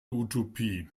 utopie